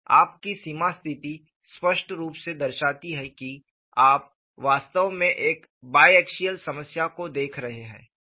आपकी सीमा की स्थिति स्पष्ट रूप से दर्शाती है कि आप वास्तव में एक बाय एक्सियल समस्या को देख रहे हैं